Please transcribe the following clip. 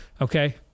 okay